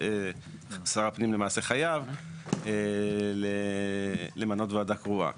שר הפנים למעשה חייב למנות וועדה קרואה.